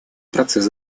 процесс